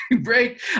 break